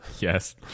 Yes